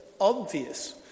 obvious